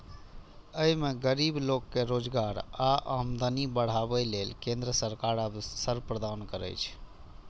अय मे गरीब लोक कें रोजगार आ आमदनी बढ़ाबै लेल केंद्र सरकार अवसर प्रदान करै छै